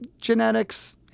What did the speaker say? genetics